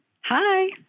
Hi